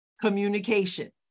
communication